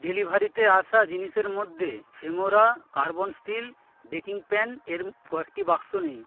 ডেলিভারিতে আসা জিনিসের মধ্যে Femora carbon steel baking pan এর কয়েকটি বাক্স নেই